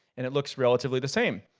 and it looks relatively the same.